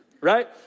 right